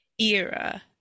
era